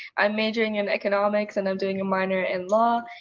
i'm majoring in economics and i'm doing a minor in law.